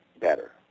better